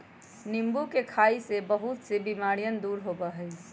नींबू के खाई से बहुत से बीमारियन दूर होबा हई